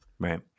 Right